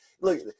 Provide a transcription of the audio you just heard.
look